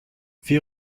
wir